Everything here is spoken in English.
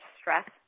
stress